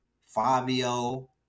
Fabio